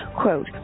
Quote